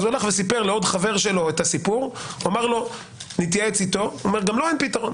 הוא סיפר לחבר שלו את הסיפור והחבר אמר שגם לו אין פתרון.